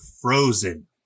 Frozen